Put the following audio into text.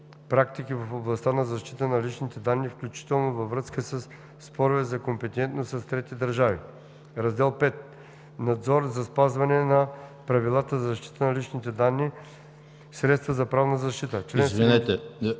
практики в областта на защитата на личните данни, включително във връзка със спорове за компетентност е трети държави. Раздел V Надзор за спазване на правилата за защита на личните данни. Средства за правна защита“.